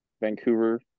Vancouver